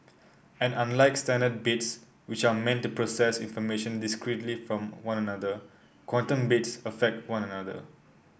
and unlike standard bits which are meant to process information discretely from one another quantum bits affect one another